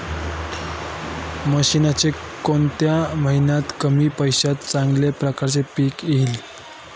मेथीचे कोणत्या महिन्यात कमी पैशात चांगल्या प्रकारे पीक येईल?